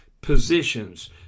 positions